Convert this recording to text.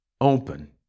open